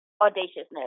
audaciousness